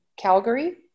Calgary